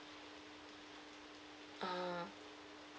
ah